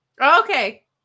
okay